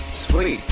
sweet.